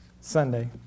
Sunday